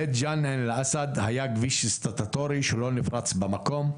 בית ג'ן-עין אל אסד היה כביש סטטוטורי שהוא לא נפרץ במקום.